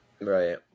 Right